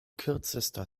kürzester